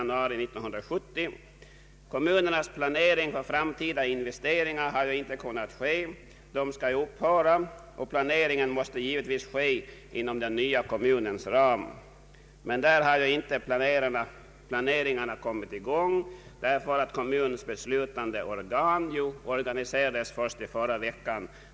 Någon kommunal planering för framtida investeringar har inte kunnat ske som tidigare; kommunerna skall ju upphöra, och planeringen måste givetvis ske inom den nya kommunens ram, men där har inte planeringarna kommit i gång eftersom kommunens beslutande organ organiserats först under förra veckan.